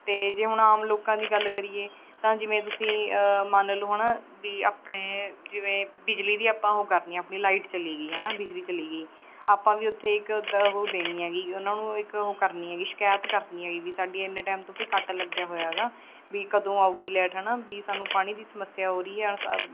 ਅਤੇ ਜੇ ਹੁਣ ਆਮ ਲੋਕਾਂ ਦੀ ਗੱਲ ਕਰੀਏ ਤਾਂ ਜਿਵੇਂ ਤੁਸੀਂ ਮੰਨ ਲਓ ਹੈ ਨਾ ਵੀ ਆਪਣੇ ਜਿਵੇਂ ਬਿਜਲੀ ਦੀ ਆਪਾਂ ਉਹ ਕਰਨੀ ਆ ਆਪਣੀ ਲਾਈਟ ਚਲੀ ਗਈ ਹੈ ਨਾ ਬਿਜਲੀ ਚਲੀ ਗਈ ਆਪਾਂ ਵੀ ਓਥੇ ਇੱਕ ਦ ਉਹ ਦੇਣੀ ਹੈਗੀ ਉਨ੍ਹਾਂ ਨੂੰ ਇੱਕ ਉਹ ਕਰਨੀ ਹੈਗੀ ਸ਼ਿਕਾਇਤ ਕਰਨੀ ਹੈਗੀ ਵੀ ਸਾਡੇ ਇੰਨੇ ਟੈਮ ਤੋਂ ਵਈ ਕੱਟ ਲੱਗਿਆ ਹੋਇਆ ਹੈਗਾ ਵਈ ਕਦੋਂ ਆਊਗੀ ਲੈਟ ਹੈ ਨਾ ਵੀ ਸਾਨੂੰ ਪਾਣੀ ਦੀ ਸਮੱਸਿਆ ਹੋ ਰਹੀ ਹੈ